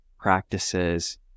practices